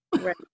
Right